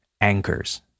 anchors